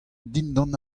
dindan